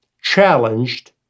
challenged